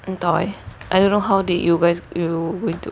entah eh I don't know how did you guys you going to